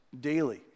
daily